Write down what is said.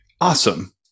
awesome